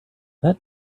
that